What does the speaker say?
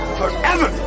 forever